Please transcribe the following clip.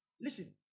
Listen